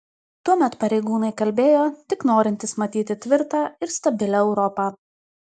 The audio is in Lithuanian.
tuomet pareigūnai kalbėjo tik norintys matyti tvirtą ir stabilią europą